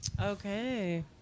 Okay